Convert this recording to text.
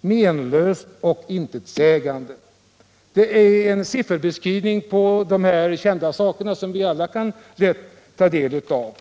menlöst och intetsägande. Det är en sifferbeskrivning på kända saker, som vi alla lätt kan ta del av.